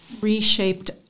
reshaped